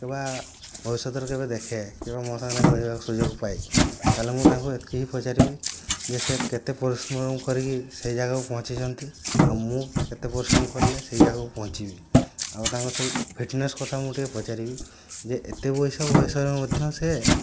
କିବା ଭବିଷ୍ୟତରେ କେବେ ଦେଖେ କେବେ ମୋ ସାଙ୍ଗରେ ମିଳିବାର ସୁଯୋଗ ପାଏ ତାହାହେଲେ ମୁଁ ତାଙ୍କୁ ଏତକି ହିଁ ପଚାରିବି ଯେ ସେ କେତେ ପରିଶ୍ରମ କରିକି ସେଇ ଜାଗାକୁ ପହଞ୍ଚିଛନ୍ତି ଆଉ ମୁଁ କେତେ ପରିଶ୍ରମ କରିଲେ ସେଇ ଜାଗାକୁ ପହଞ୍ଚିବି ଆଉ ତାଙ୍କର ସେଇ ଫିଟନେସ୍ କଥା ମୁଁ ଟିକେ ପଚାରିବି ଯେ ଏତେ ବୟସ ବୟସରେ ମଧ୍ୟ ସେ